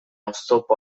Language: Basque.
oztopo